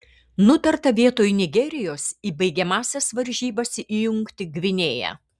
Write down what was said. nutarta vietoj nigerijos į baigiamąsias varžybas įjungti gvinėją